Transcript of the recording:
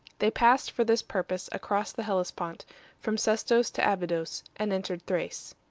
they passed for this purpose across the hellespont from sestos to abydos, and entered thrace.